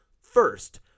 first